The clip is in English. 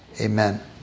Amen